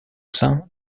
sein